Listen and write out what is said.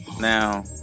Now